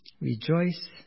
Rejoice